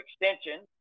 extension